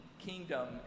kingdom